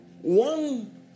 one